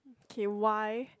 K why